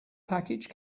package